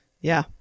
Yeah